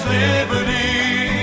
liberty